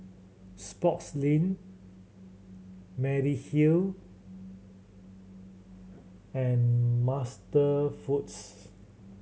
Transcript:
Sportslink Mediheal and MasterFoods